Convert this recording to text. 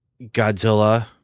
godzilla